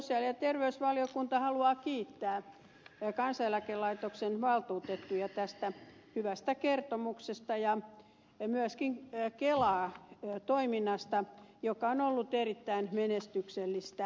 sosiaali ja terveysvaliokunta haluaa kiittää kansaneläkelaitoksen valtuutettuja tästä hyvästä kertomuksesta ja myöskin kelaa toiminnasta joka on ollut erittäin menestyksellistä